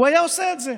הוא היה עושה את זה.